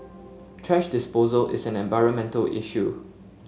thrash disposal is an environmental issue